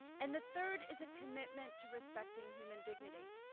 and the third is a commitment to respecting human dignity.